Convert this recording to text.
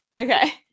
Okay